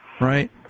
right